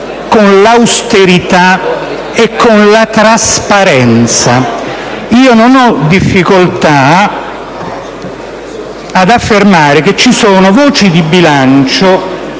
l'austerità e la trasparenza. Non ho difficoltà ad affermare che vi sono voci di bilancio